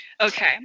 Okay